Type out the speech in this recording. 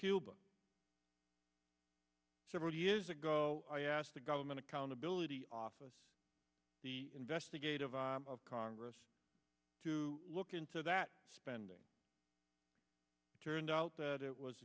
cuba several years ago i asked the government accountability office the investigative arm of congress to look into that spending turned out that it was